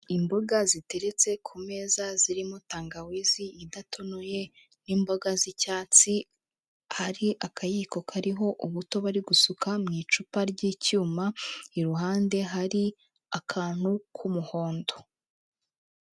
Imboga ziteretse ku meza, zirimo tangawizi idatonoye n'imboga z'icyatsi, hari akayiko kariho ubuto bari gusuka mu icupa ry'icyuma, iruhande hari akantu k'umuhondo.